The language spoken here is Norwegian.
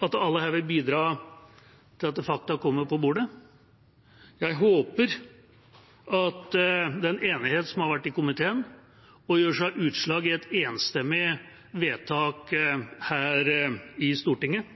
at alle her vil bidra til at fakta kommer på bordet. Jeg håper at den enighet som har vært i komiteen, også gir seg utslag i et enstemmig vedtak her i Stortinget